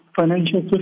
financial